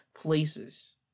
places